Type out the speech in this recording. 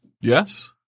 Yes